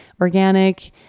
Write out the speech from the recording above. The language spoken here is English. organic